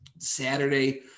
Saturday